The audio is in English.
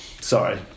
Sorry